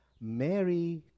Mary